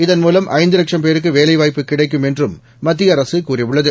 இதன்மூலம் ஐந்து லட்சம் பேருக்கு வேலைவாய்ப்பு கிடக்கும் என்றும் மத்திய அரசு கூறியுள்ளது